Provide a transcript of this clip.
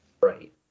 Right